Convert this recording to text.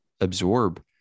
absorb